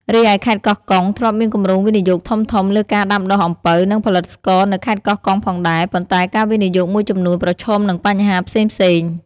រីឯខេត្តកោះកុង ធ្លាប់មានគម្រោងវិនិយោគធំៗលើការដាំដុះអំពៅ និងផលិតស្ករនៅខេត្តកោះកុងផងដែរ ប៉ុន្តែការវិនិយោគមួយចំនួនប្រឈមនឹងបញ្ហាផ្សេងៗ។